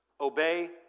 obey